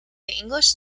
english